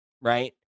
right